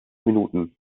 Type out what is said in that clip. minuten